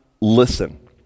listen